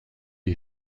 est